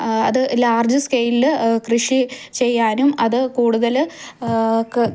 അത് large scale കൃഷി ചെയ്യാനും അത് കൂടുതൽ